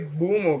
boom